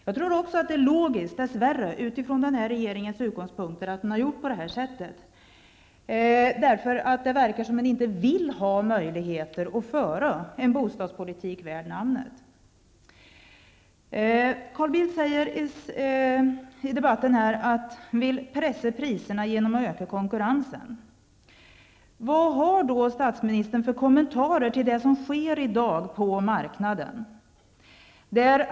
Det är dess värre logiskt utifrån den här regeringens utgångspunkter att göra på det här sättet, eftersom det verkar som om man inte vill ha möjligheter att föra en bostadspolitik värd namnet. Carl Bildt säger i debatten här att man vill pressa priserna genom att öka konkurrensen. Vad har statsministern då för kommentarer till det som sker på marknaden i dag?